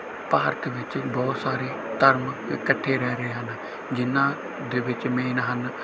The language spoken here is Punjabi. ਭਾਰਤ ਵਿੱਚ ਬਹੁਤ ਸਾਰੇ ਧਰਮ ਇਕੱਠੇ ਰਹਿ ਰਹੇ ਹਨ ਜਿਹਨਾਂ ਦੇ ਵਿੱਚ ਮੇਨ ਹਨ